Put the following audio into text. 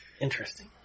Interesting